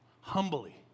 humbly